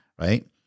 right